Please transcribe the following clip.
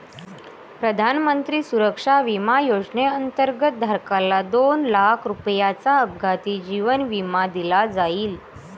प्रधानमंत्री सुरक्षा विमा योजनेअंतर्गत, धारकाला दोन लाख रुपयांचा अपघाती जीवन विमा दिला जाईल